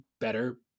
better